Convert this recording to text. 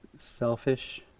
selfish